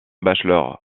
bachelor